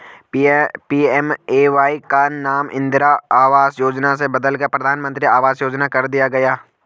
PMAY का नाम इंदिरा आवास योजना से बदलकर प्रधानमंत्री आवास योजना कर दिया गया